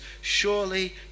Surely